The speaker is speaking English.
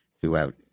throughout